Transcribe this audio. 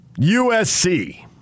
USC